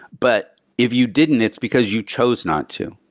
but if you didn't, it's because you chose not to.